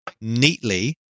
neatly